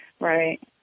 Right